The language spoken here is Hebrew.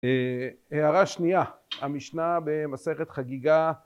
הערה שנייה המשנה במסכת חגיגה